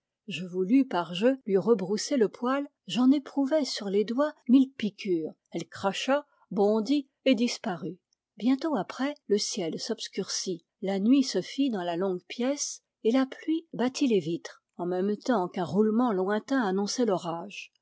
je voulus par jeu lui rebrousser le poil j'en éprouvai sur les doigts mille piqures elle cracha bondit et disparut bientôt après le ciel s'obscurcit la nuit se fit dans la longue pièce et la pluie battit les vitres en même temps qu'un roulement lointain annonçait l'orage